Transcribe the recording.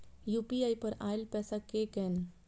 UPI पर आएल पैसा कै कैन?